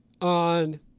on